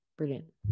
brilliant